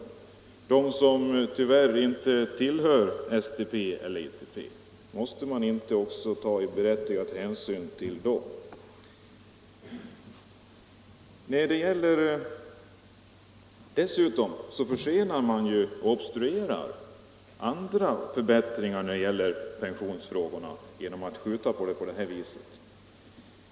Jag tänker på dem som tyvärr inte tillhör STP eller ITP. Måste man inte också ta berättigad hänsyn till dem? Dessutom försenar man och obstruerar andra förbättringar när det gäller pensionsfrågorna genom att skjuta upp reformen på det här viset.